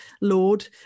lord